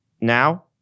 now